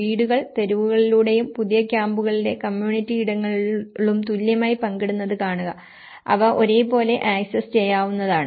വീടുകൾ തെരുവുകളിലൂടെയും പുതിയ ക്യാമ്പുകളിലെ കമ്മ്യൂണിറ്റി ഇടങ്ങളും തുല്യമായി പങ്കിടുന്നത് കാണുക അവ ഒരേപോലെ ആക്സസ് ചെയ്യാവുന്നതാണ്